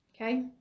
Okay